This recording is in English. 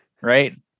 right